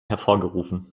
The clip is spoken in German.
hervorgerufen